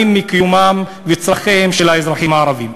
מקיומם ומצורכיהם של האזרחים הערבים,